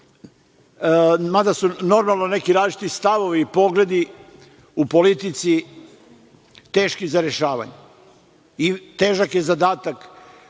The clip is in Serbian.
mada su normalno neki različiti stavovi i pogledi u politici teški za rešavanje. Težak je zadatak